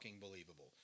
believable